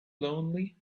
lonely